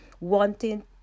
wanting